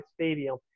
Stadium